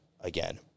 again